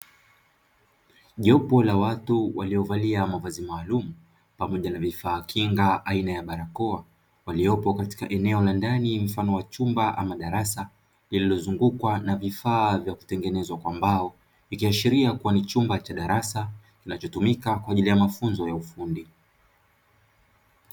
Jopo la watu waliovalia mavazi maalumu pamoja na vifaa kinga aina ya barakoa waliopo katika eneo la ndani mfano wa chumba ama darasa lililozungukwa na vifaa vya kutengenezwa kwa mbao vikiashiria kuwa ni chumba cha darasa kinachotumika kwa ajili ya mafunzo ya ufundi.